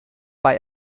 bei